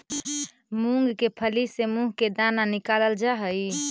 मूंग के फली से मुंह के दाना निकालल जा हई